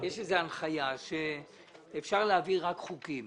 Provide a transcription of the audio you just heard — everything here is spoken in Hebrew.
יש איזו הנחיה, שאפשר להביא רק חוקים.